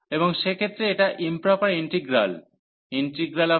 এবং সেক্ষেত্রে এটা ইম্প্রপার ইন্টিগ্রাল afxgxdx